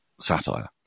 satire